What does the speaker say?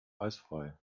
eisfrei